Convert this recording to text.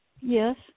Yes